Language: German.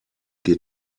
geht